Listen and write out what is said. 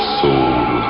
soul